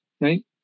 right